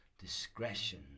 discretion